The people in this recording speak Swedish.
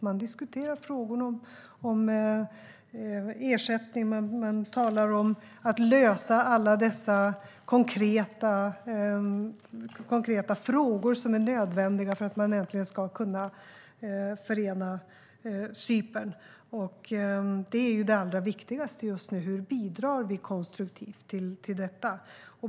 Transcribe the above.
Man diskuterar frågor om ersättning, och man talar om att lösa alla dessa konkreta frågor som är nödvändiga för att man äntligen ska kunna förena Cypern. Det är det allra viktigaste just nu. Hur bidrar vi konstruktivt till detta?